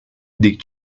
dick